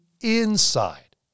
inside